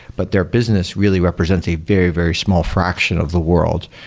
but their business really represents a very, very small fraction of the world.